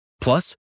Plus